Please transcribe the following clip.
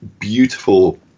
beautiful